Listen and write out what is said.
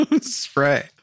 Spray